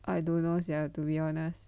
I don't know sia to be honest